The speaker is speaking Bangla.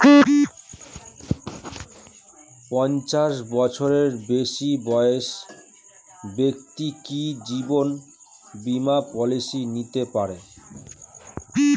পঞ্চাশ বছরের বেশি বয়সের ব্যক্তি কি জীবন বীমা পলিসি নিতে পারে?